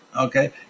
okay